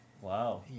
wow